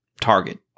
target